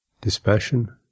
dispassion